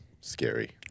scary